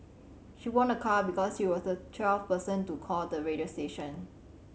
she won a car because she was the twelfth person to call the radio station